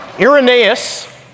Irenaeus